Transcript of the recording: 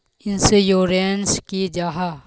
Insurance की जाहा?